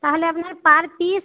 তাহলে আপনার per piece